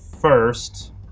first